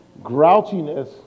Grouchiness